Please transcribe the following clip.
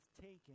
taken